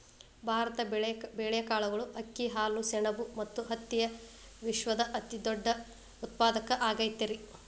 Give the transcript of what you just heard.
ಭಾರತ ಬೇಳೆ, ಕಾಳುಗಳು, ಅಕ್ಕಿ, ಹಾಲು, ಸೆಣಬ ಮತ್ತ ಹತ್ತಿಯ ವಿಶ್ವದ ಅತಿದೊಡ್ಡ ಉತ್ಪಾದಕ ಆಗೈತರಿ